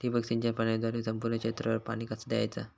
ठिबक सिंचन प्रणालीद्वारे संपूर्ण क्षेत्रावर पाणी कसा दयाचा?